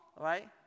right